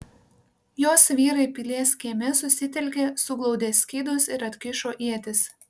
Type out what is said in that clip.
jos vyrai pilies kieme susitelkė suglaudė skydus ir atkišo ietis